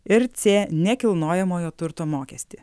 ir c nekilnojamojo turto mokestį